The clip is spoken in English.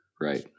right